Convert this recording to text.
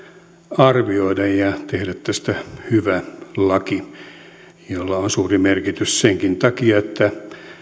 arvioida ja tehdä tästä hyvä laki jolla on suuri merkitys senkin takia että